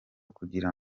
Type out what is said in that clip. kugira